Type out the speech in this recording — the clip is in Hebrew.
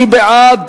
מי בעד?